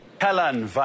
Helen